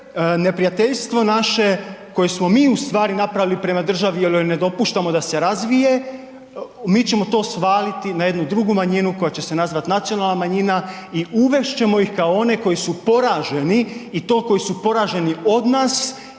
neprijateljstvo naše koje smo mi ustvari napravili prema državi jel joj ne dopuštamo da se razvije, mi ćemo to svaliti na jednu drugu manjinu koja će se nazvati nacionalna manjina i uvest ćemo ih kao one koji su poraženi i to koji su poraženi od nas,